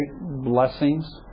blessings